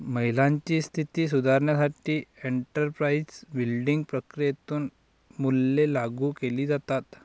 महिलांची स्थिती सुधारण्यासाठी एंटरप्राइझ बिल्डिंग प्रक्रियेतून मूल्ये लागू केली जातात